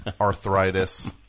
arthritis